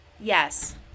Yes